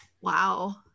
Wow